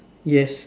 yes